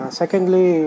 secondly